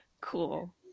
Cool